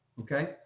Okay